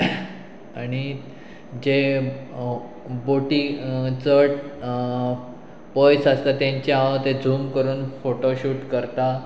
आनी जे बोटी चड पयस आसता तेंचे हांव ते झूम करून फोटो शूट करता